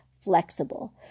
flexible